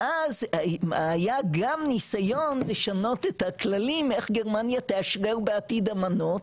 ואז היה גם ניסיון לשנות את הכללים איך גרמניה תאשרר בעתיד אמנות,